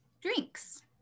drinks